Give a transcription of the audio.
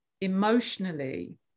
emotionally